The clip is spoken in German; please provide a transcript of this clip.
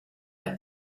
der